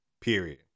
Period